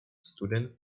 student